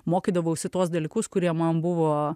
mokydavausi tuos dalykus kurie man buvo